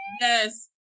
Yes